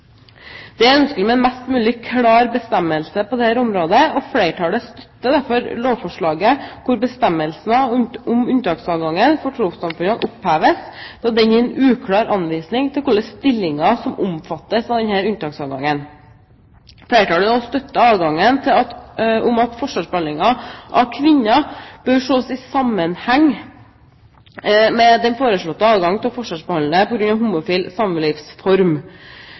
Det er ønskelig med mest mulig klare bestemmelser på dette området, og flertallet støtter derfor lovforslaget der bestemmelsene om unntaksadgangen for trossamfunnene oppheves, da denne gir en uklar anvisning om hvilke stillinger som omfattes av denne unntaksadgangen. Flertallet støtter at forskjellsbehandlingen av kvinner bør ses i sammenheng med den foreslåtte adgangen til